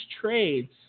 trades